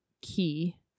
key